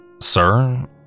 Sir